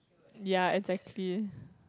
ya exactly